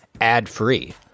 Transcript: ad-free